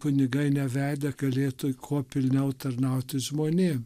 kunigai nevedę galėtų kuo pilniau tarnauti žmonėm